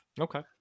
Okay